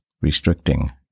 restricting